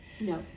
No